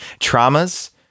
traumas